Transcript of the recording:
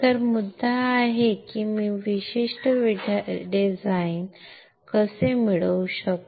तर मुद्दा हा आहे की मी हे विशिष्ट डिझाइन कसे मिळवू शकतो